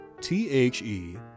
t-h-e